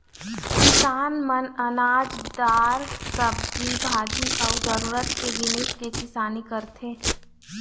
किसान मन अनाज, दार, सब्जी भाजी अउ जरूरत के जिनिस के किसानी करथे